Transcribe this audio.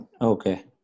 Okay